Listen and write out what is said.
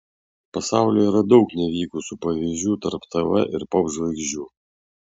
pasaulyje yra daug nevykusių pavyzdžių tarp tv ir popžvaigždžių